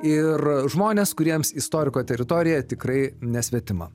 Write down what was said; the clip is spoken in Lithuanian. ir žmonės kuriems istoriko teritorija tikrai nesvetima